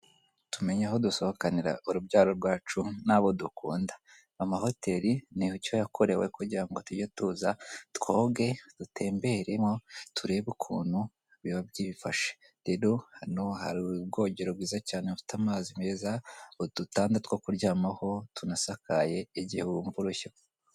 Tumenye aho dusohokanira urubyaro rwacu n'abo dukunda. Amahoteri ni cyo yakorewe kugira ngo tujye tuza twoge, dutemberemo, turebe ukuntu biba byifashe. Rero hano hari ubwogero bwiza cyane bufite amazi meza, udutanda two kuryamaho, tunasakaye, igihe wumva urushye